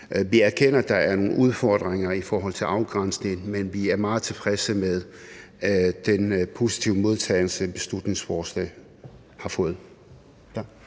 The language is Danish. Vi erkender, at der er nogle udfordringer i forhold til afgrænsning, men vi er meget tilfredse med den positive modtagelse, beslutningsforslaget har fået.